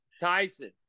tyson